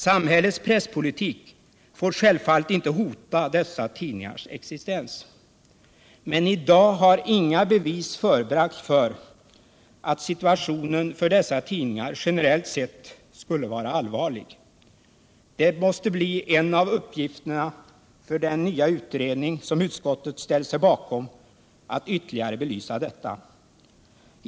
Samhällets presspolitik får självfallet inte hota dessa tidningars existens. Men i dag har inga bevis förebragts för att situationen för dessa tidningar generellt sett skulle vara allvarlig. Det måste bli en av uppgifterna för den nya utredning som utskottet ställt sig bakom att ytterligare belysa detta.